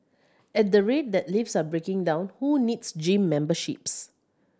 at the rate that lifts are breaking down who needs gym memberships